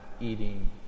eating